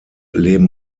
leben